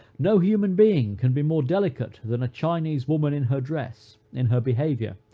no human being can be more delicate than a chinese woman in her dress, in her behavior,